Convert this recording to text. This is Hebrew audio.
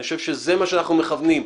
אני חושב שזה מה שאנחנו מכוונים אליו.